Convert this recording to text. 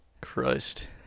Christ